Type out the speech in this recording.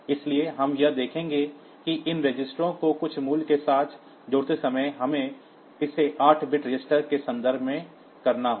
इसलिए हम यह देखेंगे कि इन रजिस्टरों को कुछ मूल्यों के साथ जोड़ते समय हमें इसे 8 बिट रजिस्टरों के संदर्भ में करना होगा